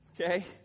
Okay